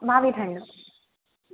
ಮಾವಿನಹಣ್ಣು